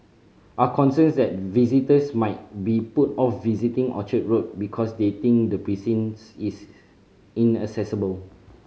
are concerns that visitors might be put off visiting Orchard Road because they think the precincts is inaccessible